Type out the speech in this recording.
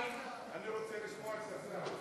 אני רוצה לשמוע את השר.